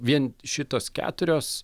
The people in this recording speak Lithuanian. vien šitos keturios